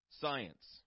science